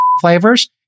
flavors